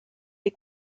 des